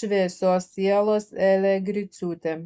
šviesios sielos elė griciūtė